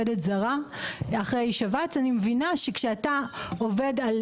לאחר שבץ; אני מבינה שכשאתה עובד על